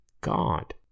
God